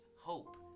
hope